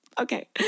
Okay